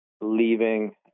leaving